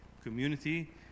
community